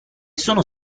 sono